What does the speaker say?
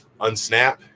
unsnap